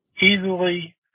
easily